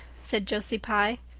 said josie pye.